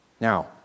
Now